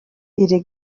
iri